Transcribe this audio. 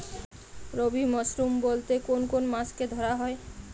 রবি মরশুম বলতে কোন কোন মাসকে ধরা হয়?